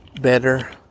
better